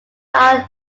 are